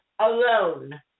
alone